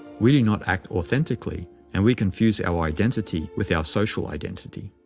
we do not act authentically, and we confuse our identity with our social identity.